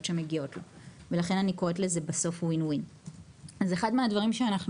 שמגיעות לו ולכן אני קוראת לזה בסוף WIN WIN. אחד הדברים שאנחנו